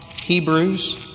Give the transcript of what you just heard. Hebrews